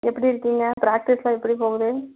எப்படியிருக்கிங்க பிராக்டிஸ்லாம் எப்படி போகுது